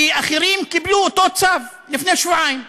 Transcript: כי אחרים קיבלו אותו צו לפני שבועיים,